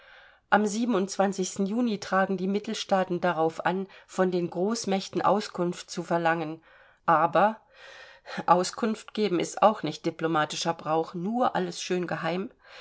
am juni tragen die mittelstaaten darauf an von den großmächten auskunft zu verlangen aber auskunftgeben ist auch nicht diplomatischer brauch nur alles schön